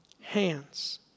hands